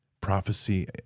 prophecy